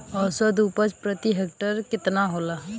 औसत उपज प्रति हेक्टेयर केतना होला?